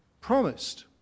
promised